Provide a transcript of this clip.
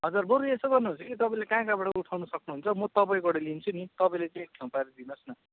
हजुर बरु यसो गर्नुहोस् कि तपाईँले कहाँ कहाँबाट उठाउन सक्नुहुन्छ म तपाईँबाट लिन्छु नि तपाईँले चाहिँ एक ठाउँ पारिदिनुहोस् न